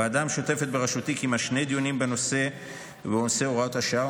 הוועדה המשותפת בראשותי קיימה שני דיונים בנושא הוראת השעה,